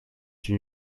une